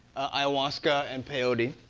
ayahuasca, and peyote.